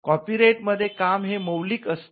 copyright मध्ये काम हे मौलिक असते